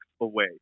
away